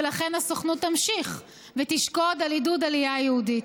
ולכן הסוכנות תמשיך ותשקוד על עידוד עלייה יהודית,